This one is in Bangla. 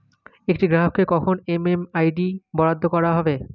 একটি গ্রাহককে কখন এম.এম.আই.ডি বরাদ্দ করা হবে?